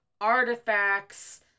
artifacts